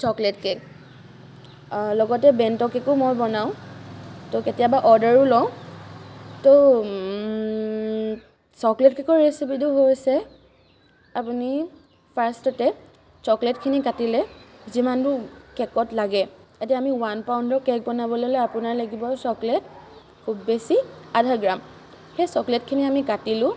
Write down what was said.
chocolate cake লগতে বেণ্ট' কে'কো মই বনাওঁ তো কেতিয়াবা অৰ্ডাৰো লওঁ তো চকলেট কে'কৰ ৰেচিপিটো হৈছে আপুনি ফাৰ্ষ্টতে চকলেটখিনি কাটিলে যিমানটো কে'কত লাগে এতিয়া মোক ওৱান পাউণ্ডৰ কে'ক বনাবলৈ হ'লে আপোনাৰ লাগিব চকলেট খুব বেছি আধা গ্ৰাম সেই চকলেটখিনি আমি কাটিলোঁ